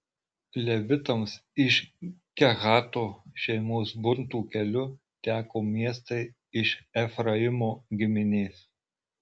levitams iš kehato šeimos burtų keliu teko miestai iš efraimo giminės